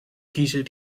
kiezen